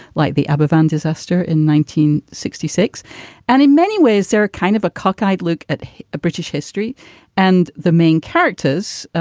like the aberfan disaster in nineteen sixty six and in many ways, sarah, a kind of a cockeyed look at a british history and the main characters,